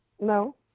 No